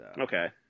Okay